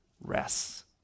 rests